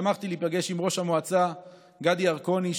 שמחתי להיפגש עם ראש המועצה גדי ירקוני,